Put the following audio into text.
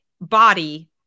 body